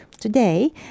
Today